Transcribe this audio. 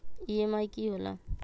EMI की होला?